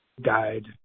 died